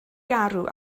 garw